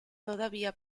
todavía